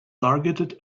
targeted